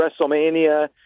WrestleMania